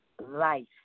life